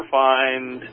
find